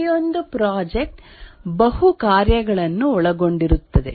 ಪ್ರತಿಯೊಂದು ಪ್ರಾಜೆಕ್ಟ್ ಬಹು ಕಾರ್ಯಗಳನ್ನು ಒಳಗೊಂಡಿರುತ್ತದೆ